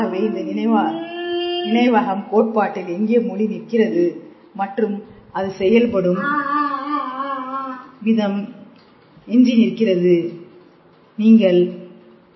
ஆகவே இந்த நினைவகம் கோட்பாட்டில் எங்கே மொழி நிற்கிறது மற்றும் அது செயல்படும் விதம் எஞ்சி நிற்கிறது எங்கே ஞ்சி நிற்கிறது